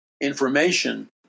information